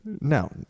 No